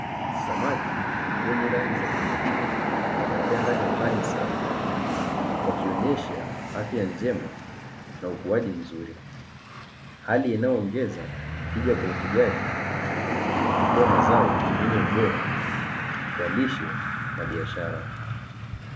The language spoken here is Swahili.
Samaki wenye rangi za kuvutia wanaelea ndani ya maji safi. Wakionyesha afya njema na ukuaji mzuri. Hali inayoongeza tija kwa ufugaji na kutoa mazao yenye ubora kwa lishe na biashara.